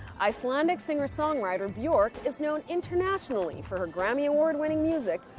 icelandic singer songwriter bjork is known internationally for her grammy award winning music,